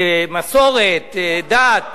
מסורת, דת.